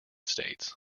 states